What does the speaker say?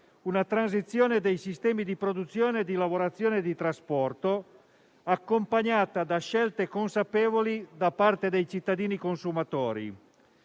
una transizione dei sistemi di produzione, di lavorazione e di trasporto, accompagnata da scelte consapevoli da parte dei cittadini consumatori.